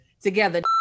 together